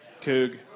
Coog